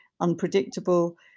unpredictable